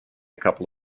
couple